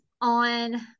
on